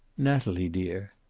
natalie, dear.